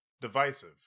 Divisive